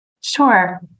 Sure